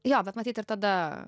jo bet matyt ir tada